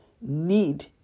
need